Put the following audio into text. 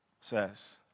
says